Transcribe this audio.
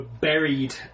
buried